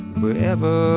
wherever